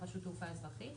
ברשות תעופה אזרחית,